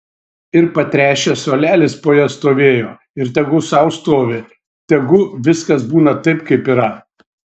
ir patręšęs suolelis po ja stovėjo ir tegu sau stovi tegu viskas būna taip kaip yra